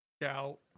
Doubt